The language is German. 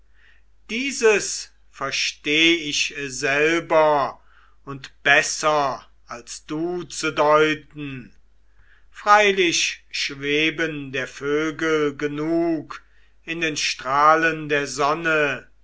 dieses versteh ich selber und besser als du zu deuten freilich schweben der vögel genug in den strahlen der sonne